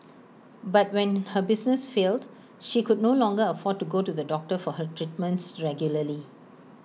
but when her business failed she could no longer afford to go to the doctor for her treatments regularly